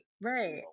Right